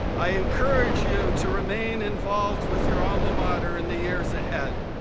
i encourage you to remain involved with your alma mater in the years ahead.